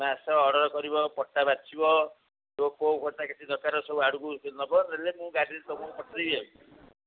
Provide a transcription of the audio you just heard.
ତୁମେ ଆସ ଅର୍ଡର୍ କରିବ ପଟା ବାଛିବ କୋଉ କୋଉ ପଟା କେତେ ଦରକାର ସବୁ ଆଡ଼କୁ ନେବ ନେଲେ ମୁଁ ଗାଡ଼ିରେ ସବୁ ପଠେଇଦେବି ଆଉ